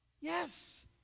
Yes